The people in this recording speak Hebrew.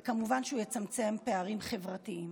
וכמובן שהוא יצמצם פערים חברתיים.